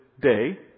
day